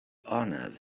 arnav